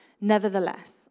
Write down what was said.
Nevertheless